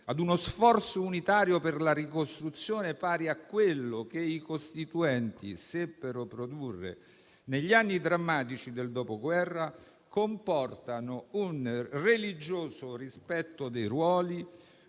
a uno sforzo unitario per la ricostruzione pari a quello che i Costituenti seppero produrre negli anni drammatici del Dopoguerra, comportano un religioso rispetto dei ruoli,